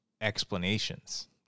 explanations